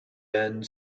and